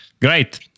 Great